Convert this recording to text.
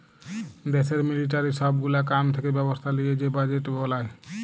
দ্যাশের মিলিটারির সব গুলা কাম থাকা ব্যবস্থা লিয়ে যে বাজেট বলায়